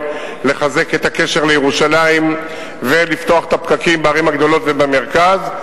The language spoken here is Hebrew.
לחזק את הקשר לירושלים ולפתוח את הפקקים בערים הגדולות ובמרכז.